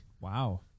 Wow